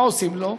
מה עושים לו,